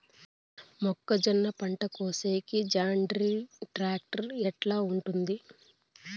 మొక్కజొన్నలు పంట కోసేకి జాన్డీర్ టాక్టర్ ఎట్లా ఉంటుంది?